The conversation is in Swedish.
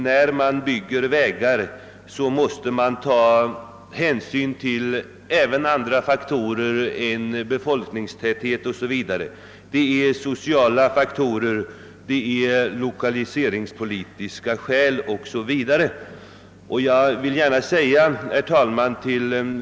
När man bygger vägar måste man ta hänsyn även till andra faktorer än befolkningstalet — exempelvis sociala faktorer och lokaliseringspolitiska överväganden.